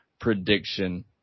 prediction